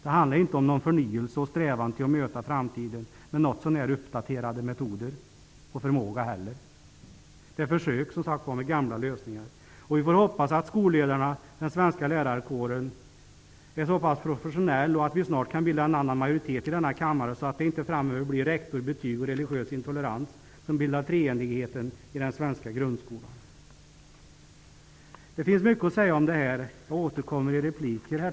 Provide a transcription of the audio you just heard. Det handlar inte om någon förnyelse eller om någon strävan eller förmåga att möta framtiden med något så när uppdaterade metoder. Detta är snarare ett försök med gamla metoder. Vi får hoppas att skolledarna och den svenska lärarkåren är så pass professionella och att vi snart kan bilda en annan majoritet i denna kammare, så att det inte framöver blir rektor, betyg och religiös intolerans som bildar treenigheten i den svenska grundskolan. Det finns mycket att säga i denna fråga, och jag återkommer i repliker.